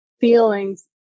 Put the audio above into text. feelings